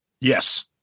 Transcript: Yes